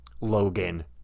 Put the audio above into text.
Logan